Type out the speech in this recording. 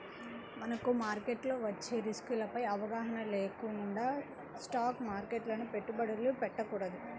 మనకు మార్కెట్లో వచ్చే రిస్కులపై అవగాహన లేకుండా స్టాక్ మార్కెట్లో పెట్టుబడులు పెట్టకూడదు